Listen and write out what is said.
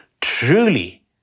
Truly